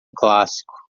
clássico